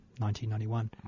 1991